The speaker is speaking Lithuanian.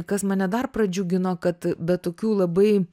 kas mane dar pradžiugino kad be tokių labai